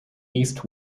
east